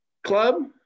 Club